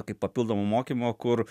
kaip papildomo mokymo kur